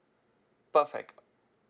perfect